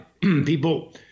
People